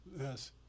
Yes